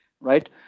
right